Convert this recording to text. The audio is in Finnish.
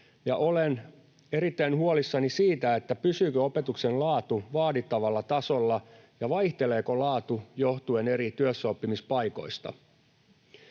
olen erittäin huolissani siitä, pysyykö opetuksen laatu vaadittavalla tasolla ja vaihteleeko laatu johtuen eri työssäoppimispaikoista.